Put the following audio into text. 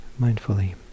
mindfully